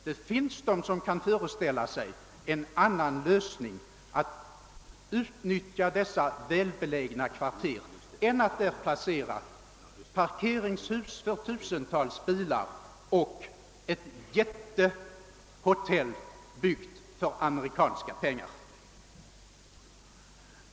Det finns de som kan föreställa sig en annan lösning att utnyttja dessa välbelägna kvarter än att där placera parkeringshus för tusentals bilar och ett jättehotell byggt för amerikanska pengar.